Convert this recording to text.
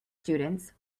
students